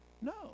No